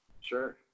Sure